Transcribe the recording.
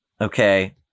Okay